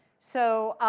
so